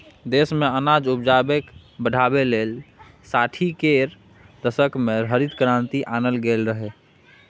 देश मे अनाज उपजाकेँ बढ़ाबै लेल साठि केर दशक मे हरित क्रांति आनल गेल रहय